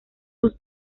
sus